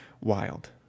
wild